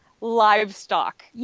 Livestock